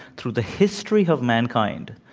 through the history of mankind,